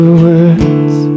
words